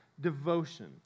devotion